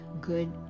good